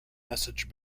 message